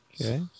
Okay